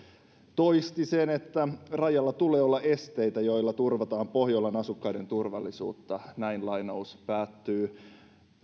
toisti sen että rajalla tulee olla esteitä joilla turvataan pohjolan asukkaiden turvallisuutta näin lainaus päättyy